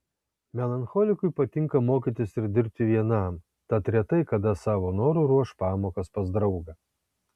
melancholikui patinka mokytis ir dirbti vienam tad retai kada savo noru ruoš pamokas pas draugą